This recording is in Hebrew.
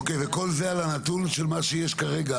אוקיי, וכל זה על הנתון של מה שיש כרגע,